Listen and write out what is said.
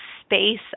space